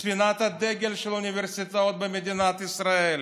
ספינת הדגל של האוניברסיטאות במדינת ישראל,